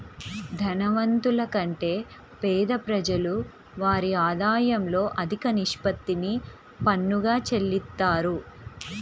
ధనవంతుల కంటే పేద ప్రజలు వారి ఆదాయంలో అధిక నిష్పత్తిని పన్నుగా చెల్లిత్తారు